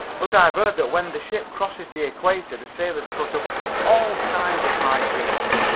but i've read that when the ship crosses the equator the sailors cut up all kinds of high jinks.